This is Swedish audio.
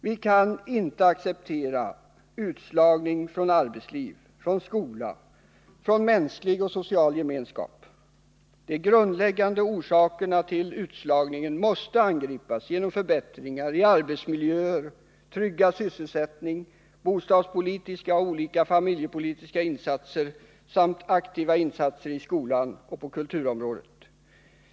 Vi kan inte acceptera utslagning från arbetsliv, från skola, från mänsklig och social gemenskap. De grundläggande orsakerna till utslagningen måste angripas genom förbättringar i arbetsmiljöer, tryggad sysselsättning, bostadspolitiska och olika familjepolitiska insatser samt aktiva insatser i skolan och på kulturområdet.